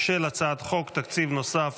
של הצעת חוק תקציב נוסף